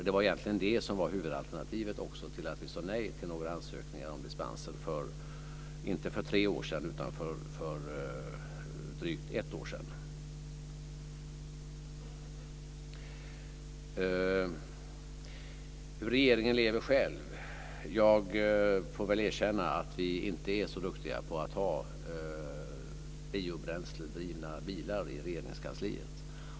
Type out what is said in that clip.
Det var egentligen det som var huvudmotivet till att vi sade nej till några ansökningar om dispenser för inte tre år sedan utan drygt ett år sedan. Vad gäller hur regeringen lever själv får jag väl erkänna att vi inte är så duktiga på att ha biobränsledrivna bilar i Regeringskansliet.